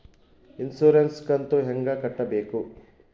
Insurance ಕಂತು ಹೆಂಗ ಕಟ್ಟಬೇಕು?